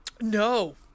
no